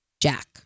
Jack